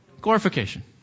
Glorification